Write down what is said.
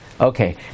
Okay